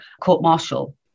court-martial